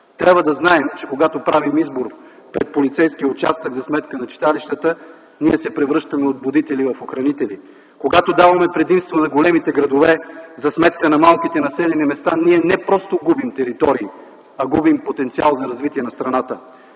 Трябва да знаем, че когато правим избор пред полицейския участък за сметка на читалищата, ние се превръщаме от будители в охранители. Когато даваме предимство на големите градове за сметка на малките населени места, ние не просто губим територии, а губим потенциал за развитие на страната.